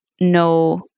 no